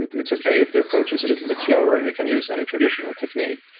it's okay if the approach is a little bit slower and you can use any traditional technique.